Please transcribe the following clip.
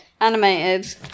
Animated